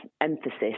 emphasis